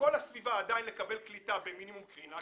בכל הסביבה עדיין לקבל קליטה במינימום קרינה,